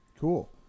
Cool